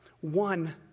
One